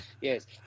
yes